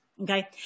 Okay